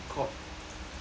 called